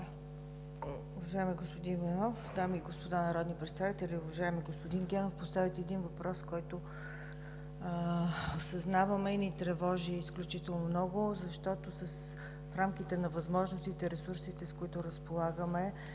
Уважаеми господин Иванов, дами и господа народни представители! Уважаеми господин Генов, поставяте един въпрос, който съзнаваме и ни тревожи изключително много, защото в рамките на възможностите и ресурсите, с които разполагаме,